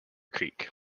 creek